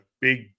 big